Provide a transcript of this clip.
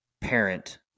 parent